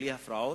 בלי הפרעות,